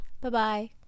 Bye-bye